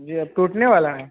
जी अब टूटने वाला है